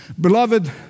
Beloved